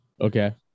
Okay